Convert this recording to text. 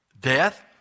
death